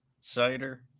cider